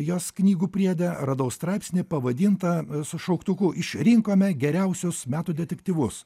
jos knygų priede radau straipsnį pavadintą su šauktuku išrinkome geriausius metų detektyvus